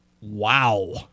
Wow